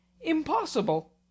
IMPOSSIBLE